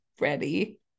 Ready